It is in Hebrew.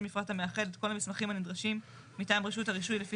מפרט המאחד את כל המסמכים הנדרשים מטעם רשות הרישוי לפי